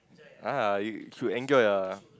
ah you should enjoy ah